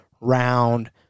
round